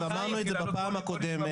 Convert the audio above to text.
ואמרנו את זה בפעם הקודמת,